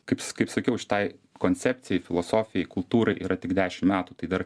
kaip kaip sakiau šitai koncepcijai filosofijai kultūrai yra tik dešim metų tai dar